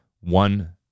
one